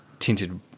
tinted